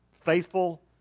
faithful